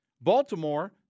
Baltimore